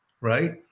right